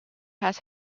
has